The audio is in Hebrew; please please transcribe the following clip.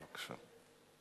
בבקשה.